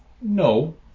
No